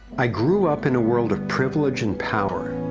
i grew up in a world of privilege and power,